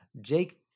Jake